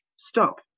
stop